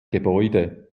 gebäude